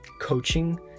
coaching